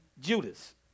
Judas